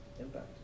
impact